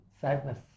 sadness